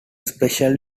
special